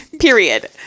Period